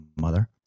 mother